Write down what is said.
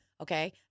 Okay